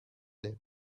day